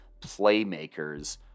playmakers